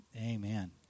Amen